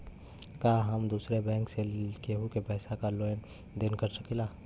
का हम दूसरे बैंक से केहू के पैसा क लेन देन कर सकिला?